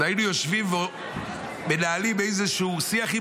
אז היינו יושבים ומנהלים איזשהו שיח עם